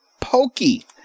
pokey